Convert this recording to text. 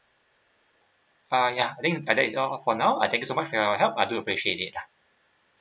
uh ya I think that is all for now uh thank you so much for your help I do appreciate it lah